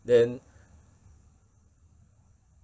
then